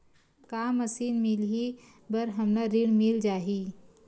का मशीन मिलही बर हमला ऋण मिल जाही?